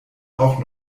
auch